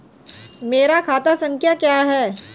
मेरा खाता संख्या क्या है?